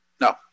no